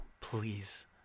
please